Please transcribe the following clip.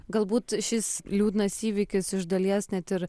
galbūt šis liūdnas įvykis iš dalies net ir